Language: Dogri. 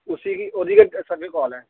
उसी गी ओह्दी गै सर्वे काल ऐ